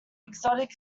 exotic